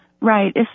Right